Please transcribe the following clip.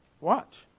Watch